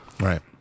Right